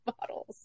bottles